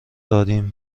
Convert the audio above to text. داریم